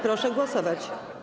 Proszę głosować.